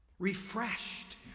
refreshed